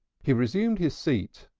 he resumed his seat,